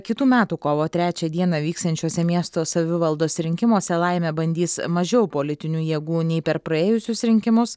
kitų metų kovo trečią dieną vyksiančiuose miesto savivaldos rinkimuose laimę bandys mažiau politinių jėgų nei per praėjusius rinkimus